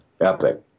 epic